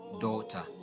daughter